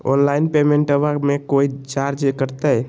Online पेमेंटबां मे कोइ चार्ज कटते?